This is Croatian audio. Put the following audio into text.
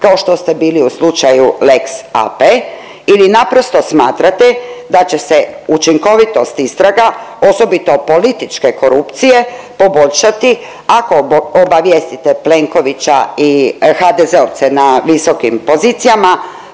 kao što ste bili u slučaju lex AP ili naprosto smatrate da će se učinkovitost istraga osobito političke korupcije poboljšati ako obavijestite Plenkovića i HDZ-ovce na visokim pozicijama